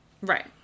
right